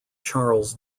charles